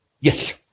Yes